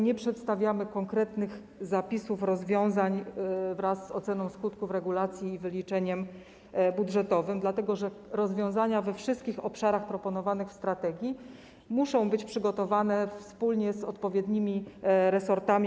Nie przedstawiamy tutaj zapisów konkretnych rozwiązań wraz z oceną skutków regulacji i wyliczeniem budżetowym, dlatego że rozwiązania we wszystkich obszarach proponowanych w strategii muszą być przygotowane wspólnie z odpowiednimi resortami.